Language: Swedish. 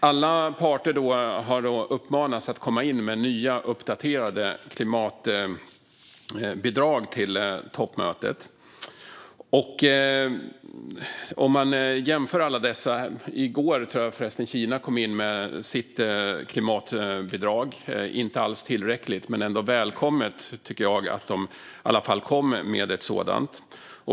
Alla parter har uppmanats att komma in med nya, uppdaterade klimatbidrag till toppmötet, och man kan jämföra alla dessa. I går, tror jag att det var, kom Kina in med sitt klimatbidrag. Det var inte alls tillräckligt, men jag tycker ändå att det var välkommet att de i alla fall kom med ett sådant.